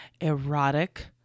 erotic